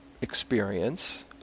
experience